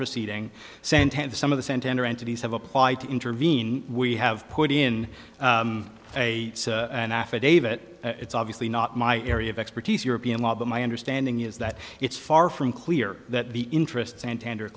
proceeding santander some of the santander entities have applied to intervene we have put in a an affidavit it's obviously not my area of expertise european law but my understanding is that it's far from clear that the interest santander